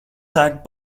sacked